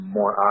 more